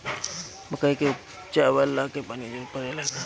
मकई के उपजाव ला पानी के जरूरत परेला का?